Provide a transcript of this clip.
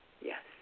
Yes